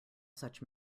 such